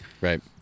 right